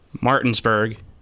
martinsburg